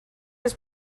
his